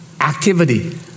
activity